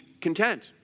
content